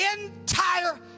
entire